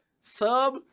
sub